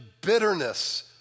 bitterness